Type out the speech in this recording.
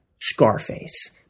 Scarface